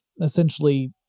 essentially